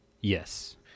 Yes